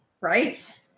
Right